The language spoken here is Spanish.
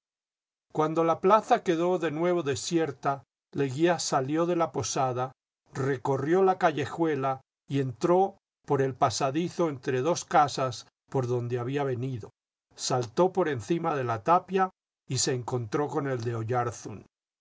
cuando la plaza quedó de nuevo desierta leguía salió de la posada recorrió la callejuela y entró por el pasadizo entre dos casas por donde había venido saltó por encima de la tapia y se encontró con el de